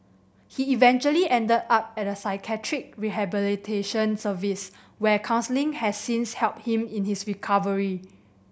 he eventually ended up at a psychiatric rehabilitation service where counselling has since helped him in his recovery